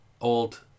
Old